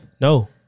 No